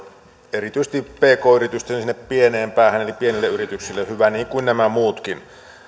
erityisesti pk yritysten pieneen päähän eli pienille yrityksille hyvä niin kuin nämä muutkin